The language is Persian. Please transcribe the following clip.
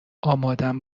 آمادم